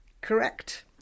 correct